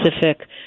specific